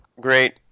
great